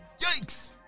Yikes